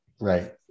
Right